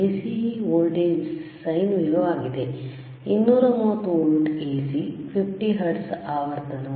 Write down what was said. AC voltage sine wave ಆಗಿದೆ 230 volt AC 50 hertz ಆವರ್ತನ